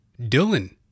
Dylan